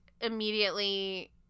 immediately